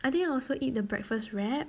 I think I also eat the breakfast wrap